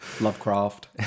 Lovecraft